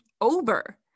over